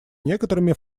некоторыми